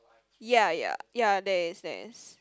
ya ya ya there is there is